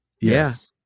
yes